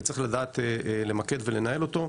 וצריך לדעת למקד ולנהל אותו.